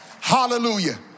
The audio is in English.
hallelujah